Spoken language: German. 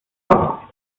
loch